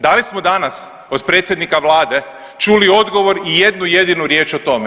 Da li smo danas od predsjednika Vlade čuli odgovor i jednu jedinu riječ o tome?